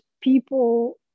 people